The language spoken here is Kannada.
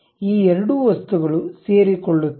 ಈ ಎರಡು ವಸ್ತುಗಳು ಸೇರಿಕೊಳ್ಳುತ್ತವೆ